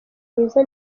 rwiza